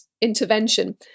intervention